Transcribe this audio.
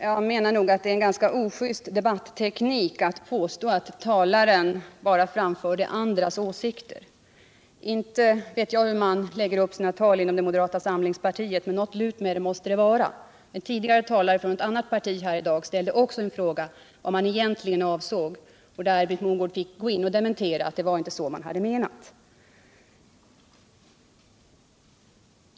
Herr talman! Jag menar att det är en ojust debatteknik att påstå att talaren bara framförde andras åsikter. Inte vet jag hur man lägger upp sina tal inom det moderata samlingspartiet, men något lurt måste det vara med det. En talare från ett annat parti ställde tidigare här i dag också en fråga om vad som egentligen avsågs i ett annat tal av en framstående moderat. Där fick Britt Mogård gå in och dementera och förklara vad som hade menats.